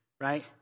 right